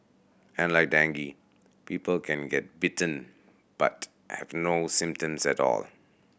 and like dengue people can get bitten but have no symptoms at all